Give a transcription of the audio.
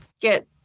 get